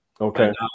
okay